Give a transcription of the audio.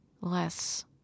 less